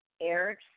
Eric